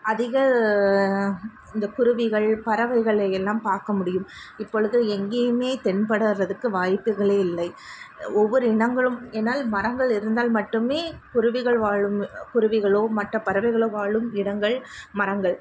அதிக இந்த குருவிகள் பறவைகளை எல்லாம் பார்க்க முடியும் இப்பொழுது எங்கேயுமே தென்படுகிறதுக்கு வாய்ப்புகளே இல்லை ஒவ்வொரு இனங்களும் ஏன்னால் மரங்கள் இருந்தால் மட்டுமே குருவிகள் வாழும் குருவிகளோ மற்ற பறவைகளோ வாழும் இடங்கள் மரங்கள்